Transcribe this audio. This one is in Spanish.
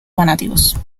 fanáticos